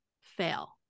fail